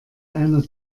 einer